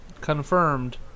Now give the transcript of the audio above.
confirmed